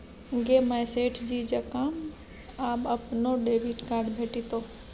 गे माय सेठ जी जकां आब अपनो डेबिट कार्ड भेटितौ